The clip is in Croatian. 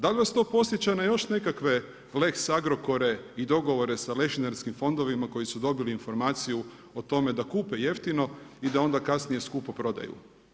Da li vas po podsjeća na još nekakve Lex Agrokore i dogovore s lešinarskim fondovima koji su dobili informaciju o tome da kupe jeftino i da onda kasnije skupo prodaju.